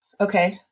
okay